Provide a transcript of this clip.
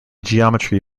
geometry